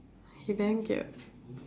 he damn cute